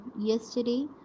yesterday